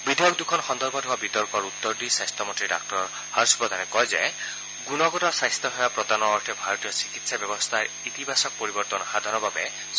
বিধেয়ক দুখন সন্দৰ্ভত হোৱা বিতৰ্কৰ উত্তৰ দি স্বাস্থ্য মন্ত্ৰী ডাঃ হৰ্ষবৰ্ধনে কয় যে গুণগত স্বাস্থ্য সেৱা প্ৰদানৰ অৰ্থে ভাৰতীয় চিকিৎসা ব্যৱস্থাৰ ইতিবাচক পৰিৱৰ্তন সাধনৰ বাবে চৰকাৰ বদ্ধপৰিকৰ